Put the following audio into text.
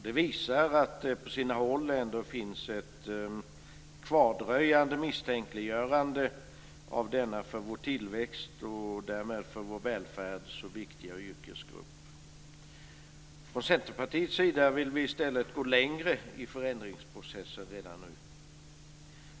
Det visar att det på sina håll ändå finns ett kvardröjande misstänkliggörande av denna för vår tillväxt och därmed för vår välfärd så viktiga yrkesgrupp. Från Centerpartiets sida vill vi i stället gå längre i förändringsprocessen redan nu.